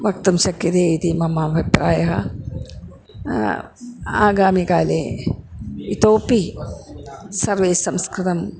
वक्तुं शक्यते इति मम अभिप्रायः आगामिकाले इतोपि सर्वे संस्कृतम्